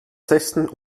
sechsten